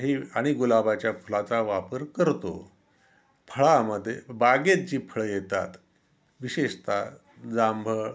हे आणि गुलाबाच्या फुलाचा वापर करतो फळामध्ये बागेत जी फळं येतात विशेषत जांभळं